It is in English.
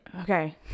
Okay